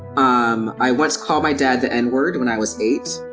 um i once called my dad the n word when i was eight,